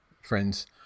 friends